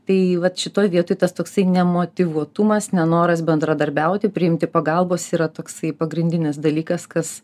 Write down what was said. tai vat šitoj vietoj tas toksai nemotyvuotumas nenoras bendradarbiauti priimti pagalbos yra toksai pagrindinis dalykas kas